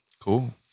Cool